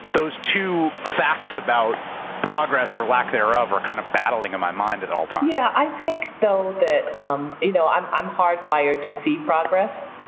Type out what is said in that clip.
those two facts about progress or lack thereof are kind of battling in my mind at at all times. yeah. i think though that um you know i'm i'm hardwired to see progress,